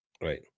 Right